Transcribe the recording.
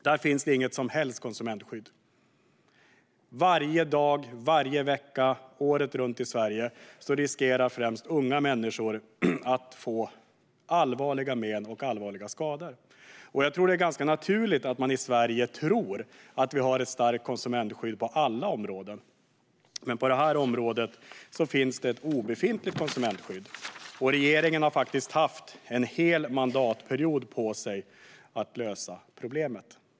Där finns det inget som helst konsumentskydd. Varje dag, varje vecka och året runt riskerar främst unga människor i Sverige att få allvarliga men och allvarliga skador. Jag tror att det är ganska naturligt att man i Sverige tror att vi har ett starkt konsumentskydd på alla områden, men på detta område finns det ett obefintligt konsumentskydd. Och regeringen har haft en hel mandatperiod på sig att lösa problemet.